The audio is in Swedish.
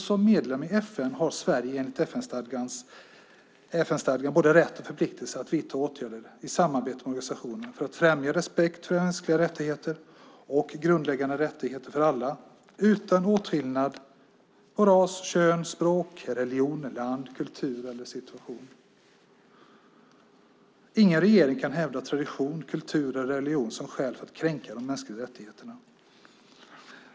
Som medlem i FN har Sverige enligt FN-stadgan både rätt och förpliktelse att vidta åtgärder i samarbete med organisationen för att främja respekt för mänskliga rättigheter och grundläggande rättigheter för alla utan åtskillnad på grund av ras, kön, språk, religion, land, kultur eller situation. Ingen regering kan hävda tradition, kultur eller religion som skäl för att kränka de mänskliga rättigheterna.